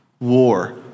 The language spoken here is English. war